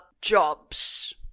jobs